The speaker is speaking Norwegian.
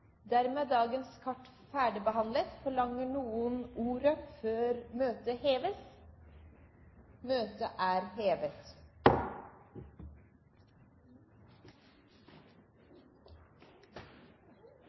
forlanger ordet før møtet heves? – Møtet er hevet.